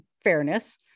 fairness